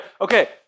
Okay